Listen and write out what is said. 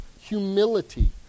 humility